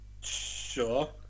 Sure